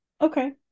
Okay